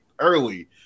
early